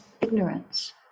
ignorance